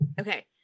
okay